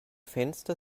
fenster